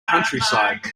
countryside